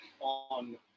on